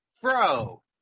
Fro